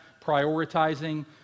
prioritizing